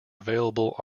available